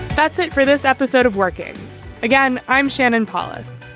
that's it for this episode of working again. i'm shannon palis.